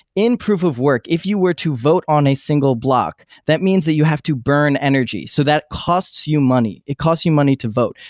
in proof of work, if you were to vote on a single block, that means that you have to burn energy. so that costs you money. it costs you money to vote.